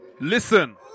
listen